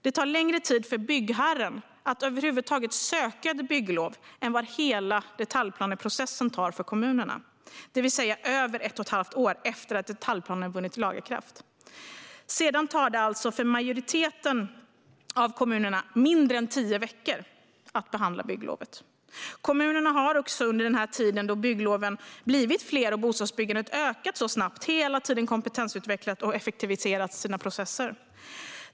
Det tar längre tid för byggherren att söka bygglov än vad hela detaljplaneprocessen tar för kommunerna - det tar mer än ett och ett halvt år efter att detaljplanen vunnit laga kraft. För majoriteten av kommunerna tar det sedan mindre än tio veckor att behandla bygglovet. Kommunerna har under den tid då byggloven blivit fler och bostadsbyggandet ökat snabbt hela tiden kompetensutvecklat och effektiviserat sina processer.